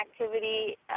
activity